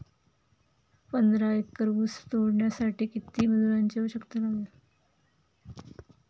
पंधरा एकर ऊस तोडण्यासाठी किती मजुरांची आवश्यकता लागेल?